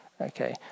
Okay